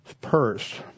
purse